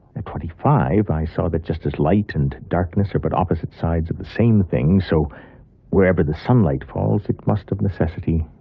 at twenty five, i saw that just as light and darkness are but opposite sides of the same thing, so wherever the sunlight falls it must, of necessity,